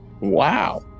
Wow